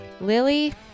Lily